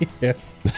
Yes